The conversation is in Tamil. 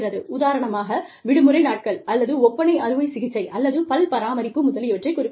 உதாரணமாக விடுமுறை நாட்கள் அல்லது ஒப்பனை அறுவை சிகிச்சை அல்லது பல் பராமரிப்பு முதலியவற்றைக் குறிப்பிடலாம்